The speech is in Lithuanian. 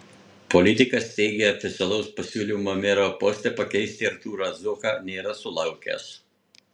politikas teigė oficialaus pasiūlymo mero poste pakeisti artūrą zuoką nėra sulaukęs